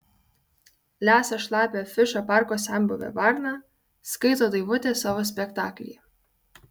lesa šlapią afišą parko senbuvė varna skaito daivutė savo spektaklyje